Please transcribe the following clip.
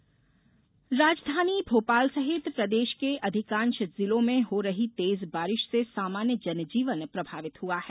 मौसम राजधानी भोपाल सहित प्रदेश के अधिकांश जिलों में हो रही तेज बारिश से सामान्य जनजीवन प्रभावित हुआ है